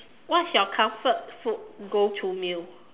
what's your comfort food go to meal